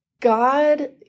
God